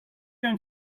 going